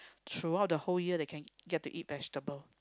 throughout the whole year they can get to eat vegetable